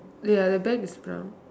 ya the bag is brown